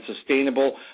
Sustainable